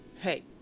Hey